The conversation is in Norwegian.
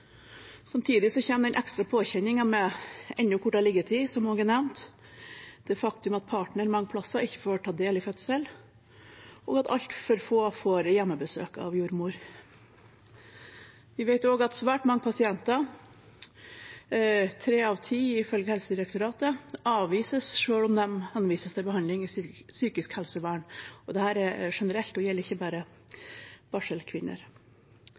den ekstra påkjenningen med enda kortere liggetid, som også er nevnt, det faktum at partner mange plasser ikke får ta del i fødsel, og at altfor få får hjemmebesøk av jordmor. Vi vet også at svært mange pasienter – 3 av 10 ifølge Helsedirektoratet – avvises selv om de henvises til behandling i psykisk helsevern. Dette er generelt og gjelder ikke bare barselkvinner.